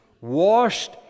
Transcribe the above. washed